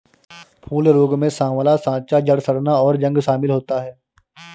फूल रोग में साँवला साँचा, जड़ सड़ना, और जंग शमिल होता है